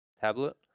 tablet